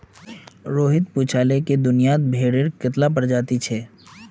रोहित पूछाले कि दुनियात भेडेर कत्ला प्रजाति छे